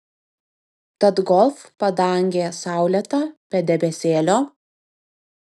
tad golf padangė saulėta be debesėlio